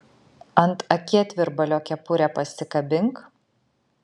ant akėtvirbalio kepurę pasikabink